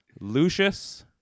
Lucius